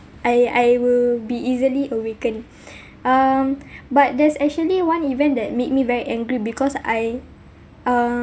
I I will be easily awakened um but there's actually one event that made me very angry because I um